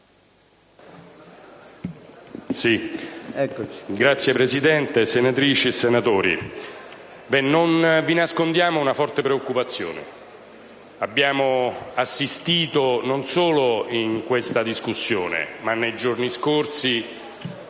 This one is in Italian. Signor Presidente, senatrici e senatori, non vi nascondiamo una forte preoccupazione. Abbiamo assistito, non solo in questa discussione, ma anche nei giorni scorsi,